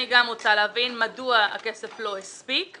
אני גם רוצה להבין מדוע הכסף לא הספיק,